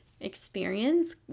experience